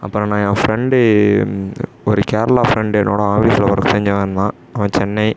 அப்புறம் நான் என் ஃப்ரெண்டு ஒரு கேரளா ஃப்ரெண்டு என்னோடய ஆஃபீஸில் ஒர்க் செஞ்சவேன் இருந்தான் அவன் சென்னை